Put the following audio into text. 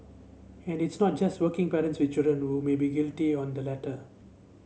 and it's not just working parents with children who may be guilty on the latter